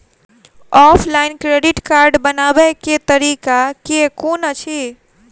Offline credit card बनाबै केँ तरीका केँ कुन अछि?